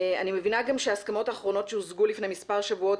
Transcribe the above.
אני מבינה שההסכמות האחרונות שהושגו לפני מספר שבועות,